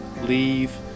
Leave